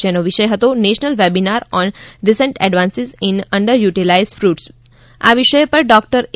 જેનો વિષય હતો national webinar on recent advances in under utilised fruits વિષય પર ડોકટર એ